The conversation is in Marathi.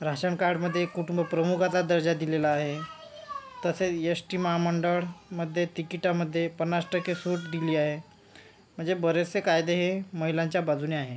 राशन कार्डमध्ये कुटुंब प्रमुखाचा दर्जा दिलेला आहे तसेच एस टी महामंडळामध्ये तिकीटामध्ये पन्नास टक्के सूट दिली आहे म्हणजे बरेचसे कायदे हे महिलांच्या बाजूने आहे